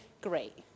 great